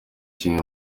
kimwe